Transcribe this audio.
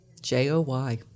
J-O-Y